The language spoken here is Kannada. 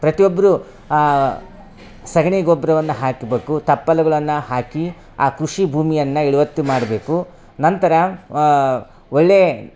ಪ್ರತಿಯೊಬ್ಬರು ಸಗಣಿ ಗೊಬ್ರವನ್ನು ಹಾಕಬೇಕು ತಪ್ಪಲುಗಳನ್ನು ಹಾಕಿ ಆ ಕೃಷಿ ಭೂಮಿಯನ್ನ ಇಳುವತ್ತು ಮಾಡಬೇಕು ನಂತರ ಒಳ್ಳೇ